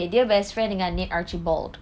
dia okay I know I know